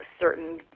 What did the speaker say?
certain